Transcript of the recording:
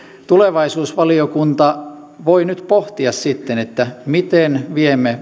tulevaisuusvaliokunta voi nyt pohtia sitten miten viemme